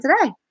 today